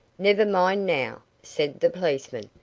never mind, now, said the policeman.